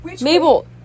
Mabel